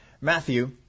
Matthew